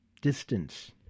distance